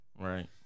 Right